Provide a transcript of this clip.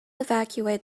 evacuate